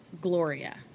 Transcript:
Gloria